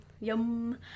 Yum